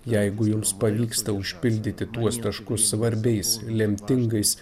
jeigu jums pavyksta užpildyti tuos taškus svarbiais lemtingais